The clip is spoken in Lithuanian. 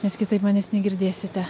nes kitaip manęs negirdėsite